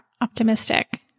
optimistic